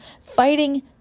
fighting